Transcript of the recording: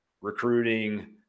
recruiting –